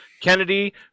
Kennedy